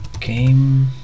game